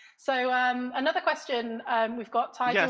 so um another question we've got tai? yeah